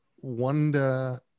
wonder